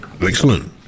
Excellent